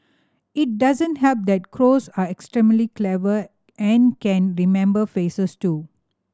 it doesn't help that crows are extremely clever and can remember faces too